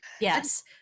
yes